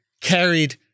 carried